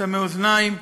אטמי אוזניים,